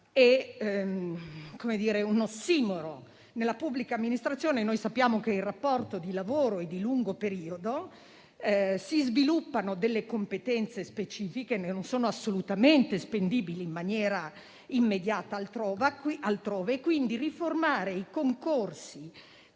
Sappiamo che nella pubblica amministrazione il rapporto di lavoro è di lungo periodo; si sviluppano competenze specifiche che non sono assolutamente spendibili in maniera immediata altrove, quindi, riformare i concorsi